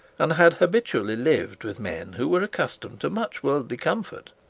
and had habitually lived with men who were accustomed to much worldly comfort.